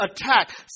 attack